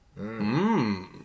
Mmm